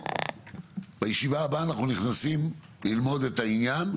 בישיבה הבאה אנחנו נכנסים ללמוד את העניין,